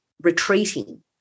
retreating